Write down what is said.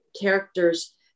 characters